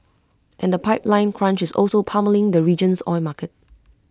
and the pipeline crunch is also pummelling the region's oil market